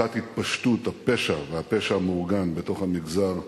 מצוקת התפשטות הפשע והפשע המאורגן בתוך המגזר הלא-יהודי,